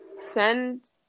send